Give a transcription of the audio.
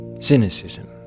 cynicism